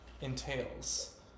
entails